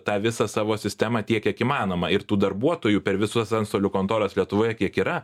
tą visą savo sistemą tiek kiek įmanoma ir tų darbuotojų per visas antstolių kontoras lietuvoje kiek yra